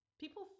People